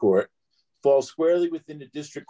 court falls squarely within the district